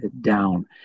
down